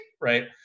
right